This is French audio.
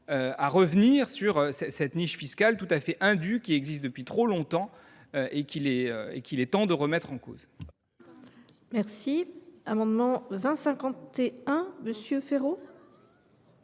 à revenir sur cette niche fiscale indue, qui existe depuis trop longtemps et qu’il est nécessaire de remettre en cause.